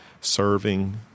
serving